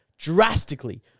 drastically